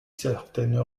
certaines